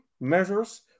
measures